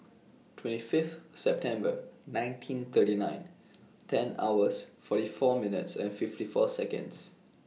twenty five September nineteen thirty eight ten hours forty four minutes fifty four Seconds